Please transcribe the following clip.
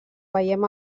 veiem